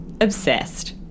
obsessed